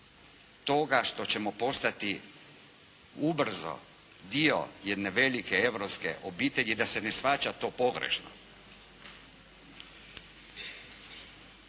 toga što ćemo postati ubrzo dio jedne velike europske obitelji, da se ne shvaća to pogrešno.